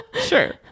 sure